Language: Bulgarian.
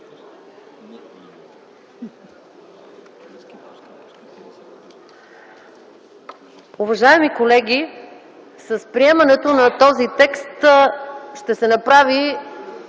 Уважаеми колеги, с приемането на този текст ще се направи